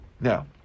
Now